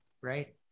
right